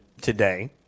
today